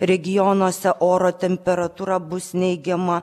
regionuose oro temperatūra bus neigiama